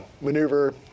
maneuver